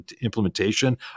implementation